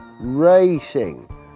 Racing